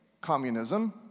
communism